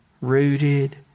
rooted